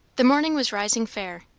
the morning was rising fair.